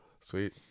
Sweet